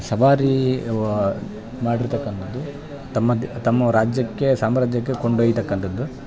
ಸವಾರಿ ಮಾಡಿರ್ತಕ್ಕಂಥದ್ದು ತಮ್ಮಲ್ಲಿ ತಮ್ಮ ರಾಜ್ಯಕ್ಕೆ ಸಾಮ್ರಾಜ್ಯಕ್ಕೆ ಕೊಂಡೊಯ್ತಕ್ಕಂಥದ್ದು